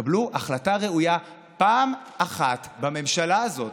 תקבלו החלטה ראויה פעם אחת בממשלה הזאת.